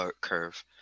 curve